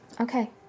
Okay